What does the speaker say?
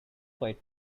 quite